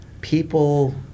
people